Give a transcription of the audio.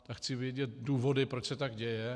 Tak chci vědět důvody, proč se tak děje.